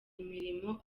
imirimo